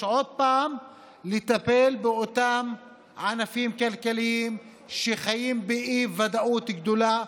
שוב לטפל באותם ענפים כלכליים שחיים באי-ודאות גדולה,